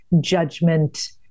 judgment